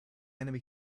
enemy